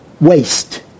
waste